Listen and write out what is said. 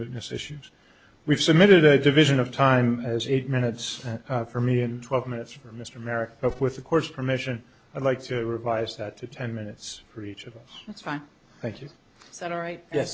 madness issues we've submitted a division of time as eight minutes for me and twelve minutes for mr america of with the court's permission i'd like to revise that to ten minutes for each of the five thank you that are right yes